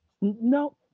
No